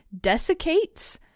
Desiccates